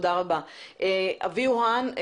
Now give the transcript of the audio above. אביהו האן,